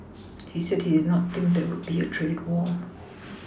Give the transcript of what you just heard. he said he did not think there will be a trade war